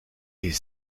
est